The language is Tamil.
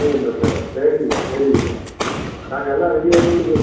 டூ ஹண்ட்ரட் செவன் சரிங்கம்மா சரிங்கம்மா நாங்கள் எல்லாம் ரெடி பண்ணிவிட்டு